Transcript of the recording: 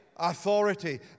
authority